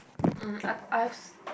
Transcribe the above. mm I I've s~